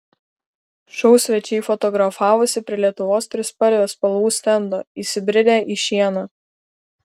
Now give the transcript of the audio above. šou svečiai fotografavosi prie lietuvos trispalvės spalvų stendo įsibridę į šieną